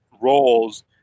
roles